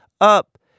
Up